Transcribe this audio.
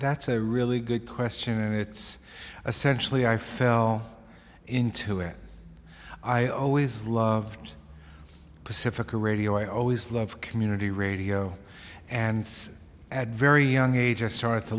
that's a really good question and it's essentially i fell into it i always loved pacifica radio i always love community radio and at very young age i started to